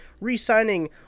re-signing